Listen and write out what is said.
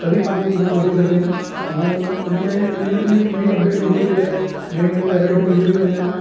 तॾहिं मां ॿी दुकानु वठी सघियुमि ऐं इनमें ॾींहों ॾींहं नई अपडेट ईंदी थी रहे नयूं नयूं वराईटियूं ईंदियूं थी वञनि